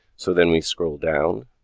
so then we scroll down